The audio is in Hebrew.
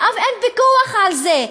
ואין פיקוח על זה.